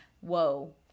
whoa